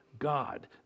God